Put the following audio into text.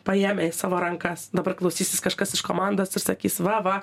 paėmę į savo rankas dabar klausysis kažkas iš komandos ir sakys va va